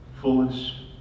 foolish